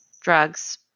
drugs